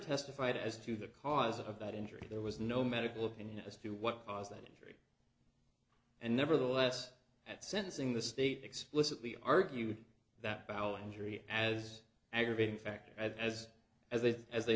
testified as to the cause of that injury there was no medical opinion as to what caused that injury and nevertheless at sentencing the state explicitly argued that bow and jury as aggravating factor as as